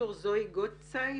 דוקטור זואי גוטצייט.